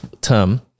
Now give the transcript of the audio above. term